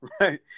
right